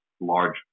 large